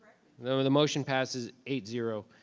the the motion passes eight zero.